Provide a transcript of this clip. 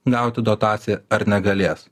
gauti dotaciją ar negalės